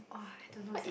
!wah! I don't know sia